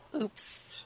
Oops